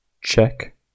Check